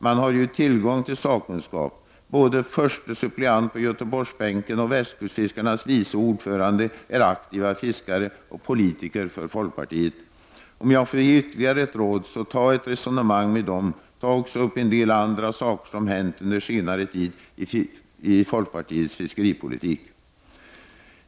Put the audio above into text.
Man har ju tillgång till sakkunskap. Både förste suppleanten på Göteborgsbänken och Västkustfiskarnas vice ordförande är aktiva fiskare och politiker i folkpartiet. Om jag får ge ytterligare ett råd, vill jag be er att ta ett resonemang med dem. Ta också upp en del andra saker som har hänt under senare tid i folkpartiets fiskeripolitik!